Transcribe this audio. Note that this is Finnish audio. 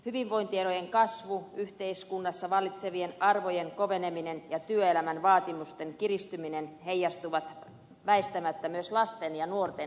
hyvinvointierojen kasvu yhteiskunnassa vallitsevien arvojen koveneminen ja työelämän vaatimusten kiristyminen heijastuvat väistämättä myös lasten ja nuorten elämään